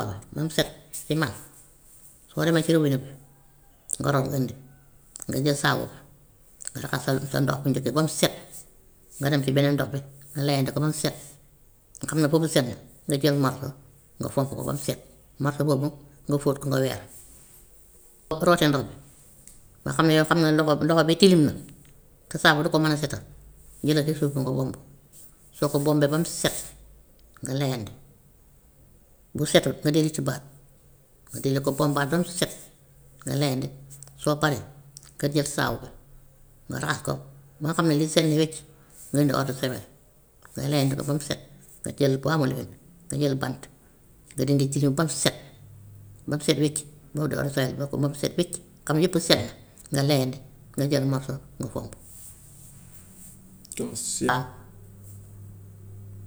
Lu mu set si man, soo demee ci robine bi nga root andi, nga jël saabu nga raxas sa sa ndox bu njëkk ba mu set, nga dem ci beneen ndox bi nga leyandi ko ba mu set nga xam ne foofu set na, nga jël morso nga fomp ko ba mu set, morso boobu nga fóot ko nga weer. Boo ko rootee ndox bi, nga xam ne yow xam nga loxo loxo bi tilim na te saabu du ko mën setal, jëlal si suuf nga bombu, soo ko bombee ba mu set, nga leyandi, bu setut nga ma di la ko bombal ba mu set, nga leyandi, soo paree nga jël saabu nga raxas ko ba nga xam ne lii set na wecc, jënd odsawel ngay leyandi ko ba mu set, nga jël boo amul we nga jël bant nga dindi tilim ba mu set, ba mu set wicc, mun nga def odsawel ba ko ba mu set wicc, xam yëpp set na, nga leyandi nga jël morso nga fomp waa.